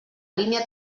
línia